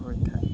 ହୋଇଥାଏ